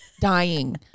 dying